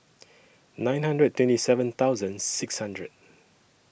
nine hundred and twenty seven thousand six hundred